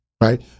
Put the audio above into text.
right